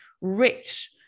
rich